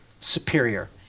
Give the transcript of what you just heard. superior